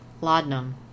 Laudanum